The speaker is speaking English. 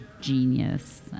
genius